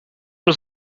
was